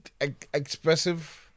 expressive